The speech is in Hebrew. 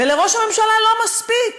ולראש הממשלה לא מספיק